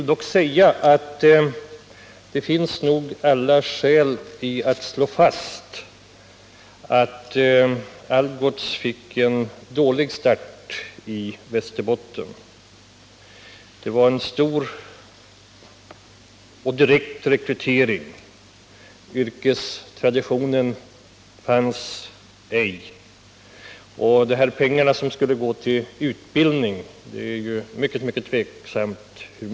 Jag anser dock att det finns alla skäl att slå fast att Algots fick en dålig start i Västerbotten. Det var en stor och direkt nyrekrytering och någon yrkestradition fanns inte tidigare på detta område. Det är dessutom tveksamt hur mycket av de pengar som skulle gå till utbildning som verkligen användes till utbildning.